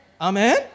Amen